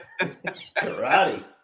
karate